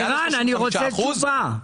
ערן, אני רוצה תשובה.